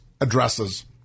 addresses